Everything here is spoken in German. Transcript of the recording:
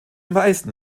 meisten